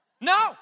No